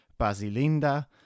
Basilinda